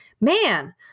man